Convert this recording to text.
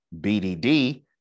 BDD